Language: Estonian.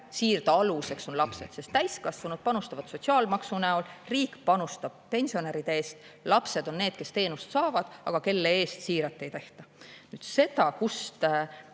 Siirde aluseks on lapsed, sest täiskasvanud panustavad sotsiaalmaksu näol, riik panustab pensionäride eest, lapsed on need, kes teenust saavad, aga kelle eest siiret ei tehta. Nüüd see, kust